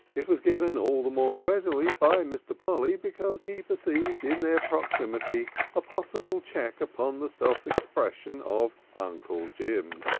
it was given all the more readily by mr. polly because he perceived in their proximity a possible check upon the self-expression of uncle jim.